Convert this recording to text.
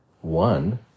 One